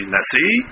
Nasi